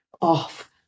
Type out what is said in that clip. off